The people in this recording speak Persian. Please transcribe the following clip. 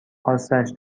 خاصش